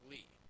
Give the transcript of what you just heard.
Lee